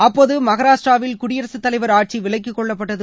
அப்போது மகாராஷ்டிராவில் குடியரசுத் தலைவர் ஆட்சி விலக்கிக்கொள்ளப்பட்டது